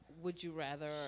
would-you-rather